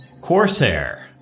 Corsair